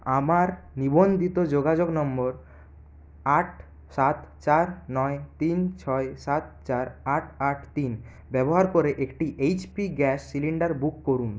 আমার নিবন্ধিত যোগাযোগ নম্বর আট সাত চার নয় তিন ছয় সাত চার আট আট তিন ব্যবহার করে একটি এইচপি গ্যাস সিলিন্ডার বুক করুন